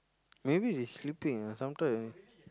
maybe he sleeping ah sometimes